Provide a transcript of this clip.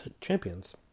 champions